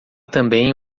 também